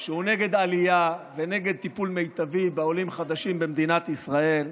שהוא נגד העלייה ונגד טיפול מיטבי בעולים חדשים במדינת ישראל.